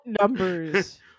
numbers